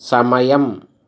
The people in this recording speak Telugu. సమయం